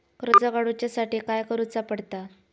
कर्ज काडूच्या साठी काय करुचा पडता?